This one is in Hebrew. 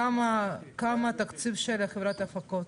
כמה התקציב של חברת ההפקות,